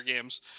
games